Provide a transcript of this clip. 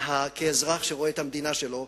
כאזרח שרואה את המדינה שלו,